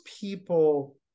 people